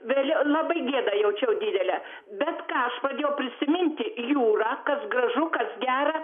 vėliau labai gėdą jaučiau didelę bet ką aš pradėjau prisiminti jūrą kas gražu kas gera